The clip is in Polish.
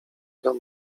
dom